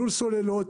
לול סוללות